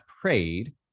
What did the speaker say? prayed